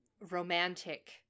romantic